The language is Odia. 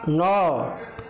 ନଅ